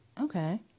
Okay